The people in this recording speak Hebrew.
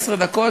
15 דקות,